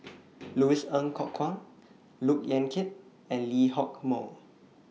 Louis Ng Kok Kwang Look Yan Kit and Lee Hock Moh